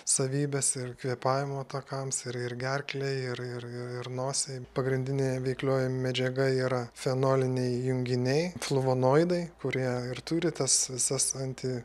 savybes ir kvėpavimo takams ir ir gerklei ir ir ir nosiai pagrindinė veiklioji medžiaga yra fenoliniai junginiai fluvonoidai kurie ir turi tas visas anti